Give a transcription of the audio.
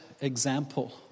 example